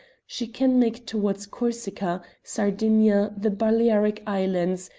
she can make towards corsica, sardinia, the balearic islands,